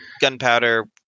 gunpowder